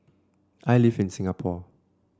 I live in Singapore